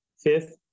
fifth